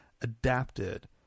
adapted